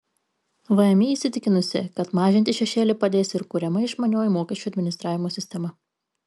vmi įsitikinusi kad mažinti šešėlį padės ir kuriama išmanioji mokesčių administravimo sistema